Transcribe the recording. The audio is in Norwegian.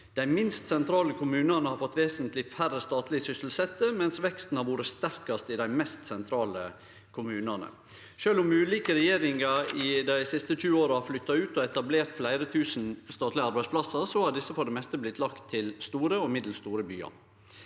Dei minst sentrale kommunane har fått vesentleg færre statlege sysselsette, mens veksten har vore sterkast i dei mest sentrale kommunane. Sjølv om ulike regjeringar i dei siste tjue åra har flytta ut og etablert fleire tusen statlege arbeidsplassar, har desse for det meste blitt lagde til store og middels store byar.